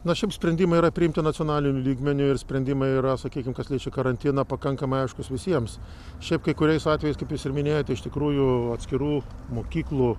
na šiaip sprendimai yra priimti nacionaliniu lygmeniu ir sprendimai yra sakykim kas karantiną pakankamai aiškus visiems šiaip kai kuriais atvejais kaip jūs ir minėjote iš tikrųjų atskirų mokyklų